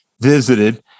visited